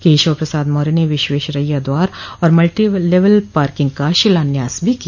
केशव प्रसाद मौर्य ने विश्वेश्वरय्या द्वार और मल्टीलेवल पार्किंग का शिलान्यास भी किया